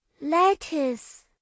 Lettuce